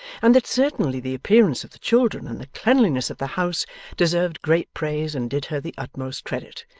and that certainly the appearance of the children and the cleanliness of the house deserved great praise and did her the utmost credit,